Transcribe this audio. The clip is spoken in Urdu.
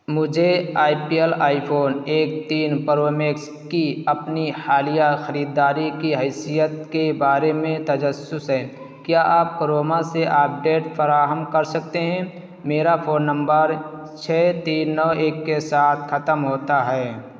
مجھے I P L iPhone ایک تین پرو میکس کی اپنی حالیہ خریداری کی حیثیت کے بارے میں تجسس ہے کیا آپ کروما سے اپڈیٹ فراہم کر سکتے ہیں میرا فون نمبر چھ تین نو ایک کے ساتھ ختم ہوتا ہے